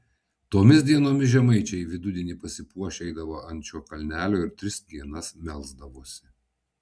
tomis dienomis žemaičiai vidudienį pasipuošę eidavo ant šio kalnelio ir tris dienas melsdavosi